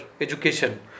education